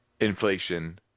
inflation